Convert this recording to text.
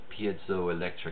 piezoelectric